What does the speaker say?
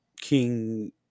King